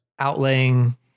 outlaying